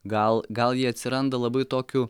gal gal jie atsiranda labai tokiu